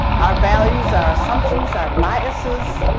our values, our assumptions, our biases,